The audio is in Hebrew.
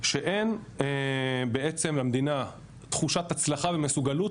שאין בעצם למדינה תחושת הצלחה ומסוגלות